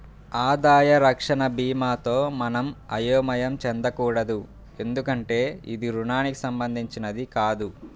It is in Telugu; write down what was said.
ఆదాయ రక్షణ భీమాతో మనం అయోమయం చెందకూడదు ఎందుకంటే ఇది రుణానికి సంబంధించినది కాదు